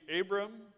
Abram